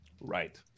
Right